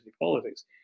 politics